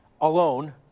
alone